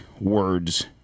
words